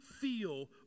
feel